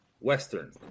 Western